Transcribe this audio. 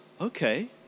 okay